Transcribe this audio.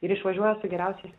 ir išvažiuoja su geriausiais